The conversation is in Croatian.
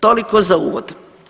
Toliko za uvod.